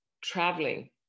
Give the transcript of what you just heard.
traveling